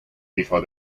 before